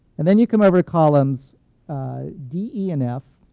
and then you come over to columns d, e, and f,